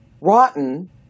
rotten